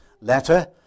letter